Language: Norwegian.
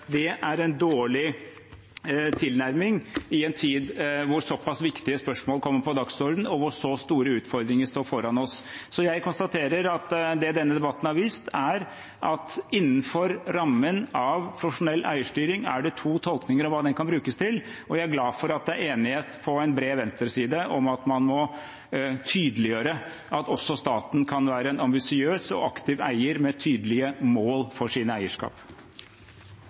Det er en dårlig tilnærming i en tid hvor såpass viktige spørsmål kommer på dagsordenen, og hvor så store utfordringer står foran oss. Jeg konstaterer at det denne debatten har vist, er at innenfor rammen av profesjonell eierstyring er det to tolkninger av hva den kan brukes til. Jeg er glad for at det er enighet på en bred venstreside om at man må tydeliggjøre at også staten kan være en ambisiøs og aktiv eier med tydelige mål for sine eierskap.